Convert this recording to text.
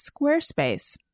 Squarespace